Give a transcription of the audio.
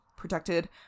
protected